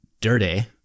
dirty